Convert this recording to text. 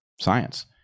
science